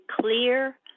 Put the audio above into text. clear